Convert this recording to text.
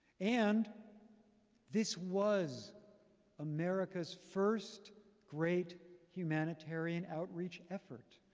and this was america's first great humanitarian outreach effort.